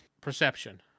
perception